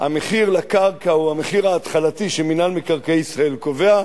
המחיר לקרקע הוא המחיר ההתחלתי שמינהל מקרקעי ישראל קובע.